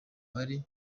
bari